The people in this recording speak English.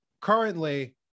currently